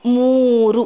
ಮೂರು